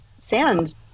sand